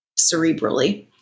cerebrally